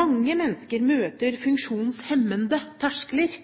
Mange mennesker møter funksjonshemmende terskler